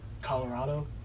Colorado